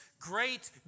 Great